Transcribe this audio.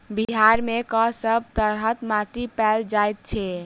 बिहार मे कऽ सब तरहक माटि पैल जाय छै?